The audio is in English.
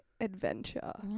adventure